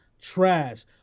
trash